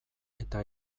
eta